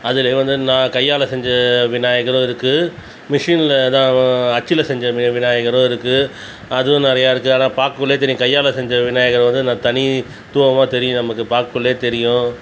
அதில் வந்து நான் கையால் செஞ்ச விநாயகரும் இருக்கு மிஷினில் அதான் அச்சில் செஞ்ச வி விநாயகரும் இருக்கு அதுவும் நிறையா இருக்கு ஆனால் பார்க்கக்குள்ளயே தெரியும் கையால் செஞ்ச விநாயகர் வந்து ந தனி துவமாக தெரியும் நமக்கு பார்க்கக்குள்ளே தெரியும்